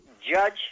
Judge